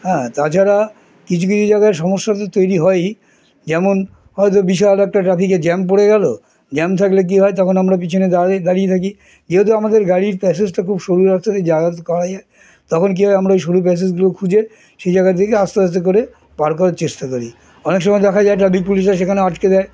হ্যাঁ তাছাড়া কিছু কিছু জায়গায় সমস্যা তো তৈরি হয় যেমন হয়তো বিশাল একটা ট্রাফিকে জ্যাম পড়ে গেল জ্যাম থাকলে কী হয় তখন আমরা পিছনে দাঁড়িয়ে দাঁড়িয়ে থাকি যেহেতু আমাদের গাড়ির প্যাসেজটা খুব সরু রাস্তাতে যাওয়া করা যায় তখন কী হয় আমরা ওই সরু প্যাসেজগুলো খুঁজে সেই জায়গার দিকে আস্তে আস্তে করে পার করার চেষ্টা করি অনেক সময় দেখা যায় ট্রাফিক পুলিশ আর সেখানে আটকে দেয়